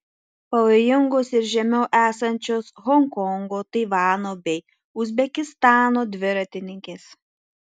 pavojingos ir žemiau esančios honkongo taivano bei uzbekistano dviratininkės